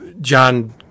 John